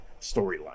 storyline